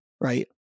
Right